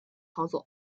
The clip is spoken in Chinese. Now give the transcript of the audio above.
操作